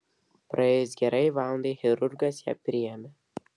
praėjus gerai valandai chirurgas ją priėmė